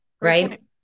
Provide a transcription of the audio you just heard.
right